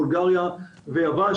בולגריה ויוון,